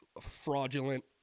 fraudulent